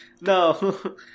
no